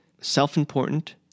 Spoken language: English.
self-important